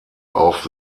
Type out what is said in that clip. auf